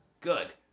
good